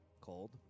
cold